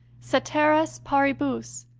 ceteris paribus,